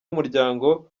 w’umuryango